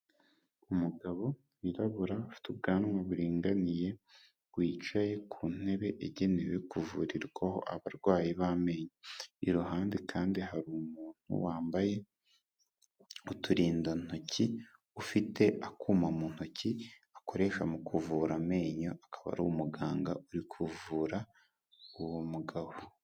Umugabo wirabura ufite ubwanwa buringaniye, wicaye ku ntebe igenewe kuvurirwaho abarwayi b'amenyo, iruhande kandi hari umuntu wambaye uturindantoki, ufite akuma mu ntoki akoresha mu kuvura amenyo, akaba ari umuganga uri kuvura uwo mugabo.